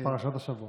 פרשת השבוע,